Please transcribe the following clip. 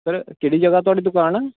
ते केह्ड़ी जगह थुआढ़ी दुकान